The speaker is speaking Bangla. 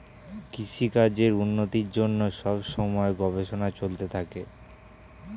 কৃষিকাজের উন্নতির জন্যে সব সময়ে গবেষণা চলতে থাকে